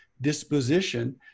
disposition